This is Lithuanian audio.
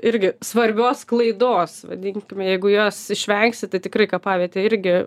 irgi svarbios klaidos vadinkime jeigu jos išvengsite tikrai kapavietė irgi